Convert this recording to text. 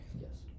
Yes